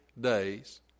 days